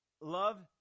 love